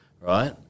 right